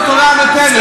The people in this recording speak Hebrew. שלי.